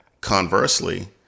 Conversely